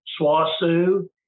swasu